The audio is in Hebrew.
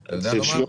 אתה יודע לומר לי?